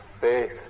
faith